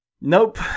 nope